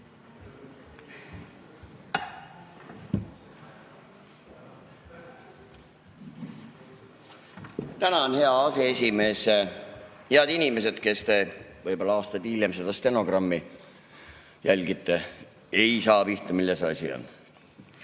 Tänan, hea aseesimees! Head inimesed, kes te võib-olla aastaid hiljem seda stenogrammi jälgite, ei saa pihta, milles asi